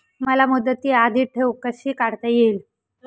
मला मुदती आधी ठेव कशी काढता येईल?